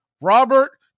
Robert